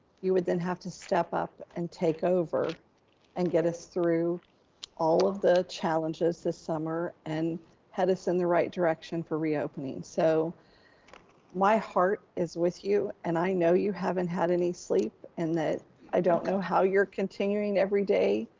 you would then have to step up and take over and get us through all of the challenges this summer and head us in the right direction for reopening. so my heart is with you and i know you haven't had any sleep and that i don't know how you're continuing every day,